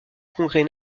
congrès